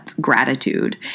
gratitude